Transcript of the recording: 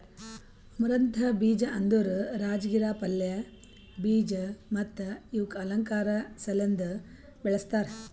amaranth ಬೀಜ ಅಂದುರ್ ರಾಜಗಿರಾ ಪಲ್ಯ, ಬೀಜ ಮತ್ತ ಇವುಕ್ ಅಲಂಕಾರ್ ಸಲೆಂದ್ ಬೆಳಸ್ತಾರ್